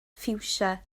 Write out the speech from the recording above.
ffiwsia